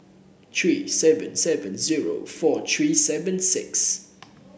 three seven seven zero four three seven six